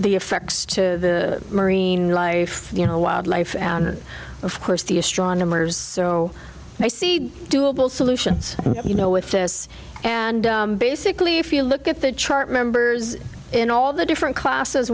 the effects to marine life you know wildlife and of course the astronomers so they see doable solutions you know with this and basically if you look at the chart members in all the different classes